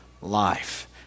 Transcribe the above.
life